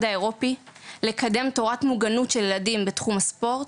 האירופי לקדם תורת מוגנות של ילדים בתחום הספורט,